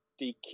DQ